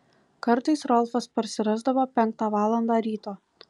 kartais rolfas parsirasdavo penktą valandą ryto